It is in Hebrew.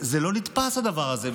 זה לא נתפס, הדבר הזה.